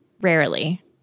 Rarely